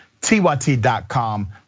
tyt.com